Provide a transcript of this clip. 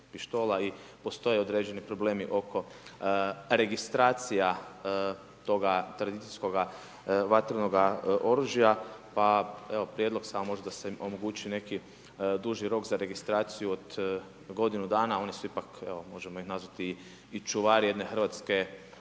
i postoje određeni problemi oko registracija toga tradicijskoga vatrenoga oružja. Pa evo prijedlog samo da se omogući neki duži rok za registraciju od godinu dana, oni su ipak možemo ih nazvati i čuvari jedne hrvatske povijesne